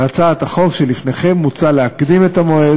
בהצעת החוק שלפניכם מוצע להקדים את המועד